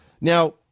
Now